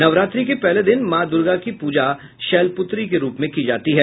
नवरात्रि के पहले दिन मां दुर्गा की पूजा शैलपुत्री के रूप में की जाती है